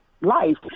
life